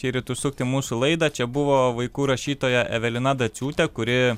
šįryt užsukt į mūsų laidą čia buvo vaikų rašytoja evelina daciūtė kuri